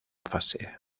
fase